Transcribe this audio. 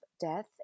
death